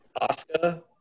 oscar